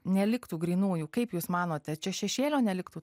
neliktų grynųjų kaip jūs manote čia šešėlio neliktų